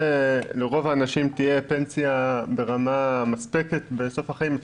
לרוב האנשים תהיה פנסיה ברמה מספקת בסוף החיים.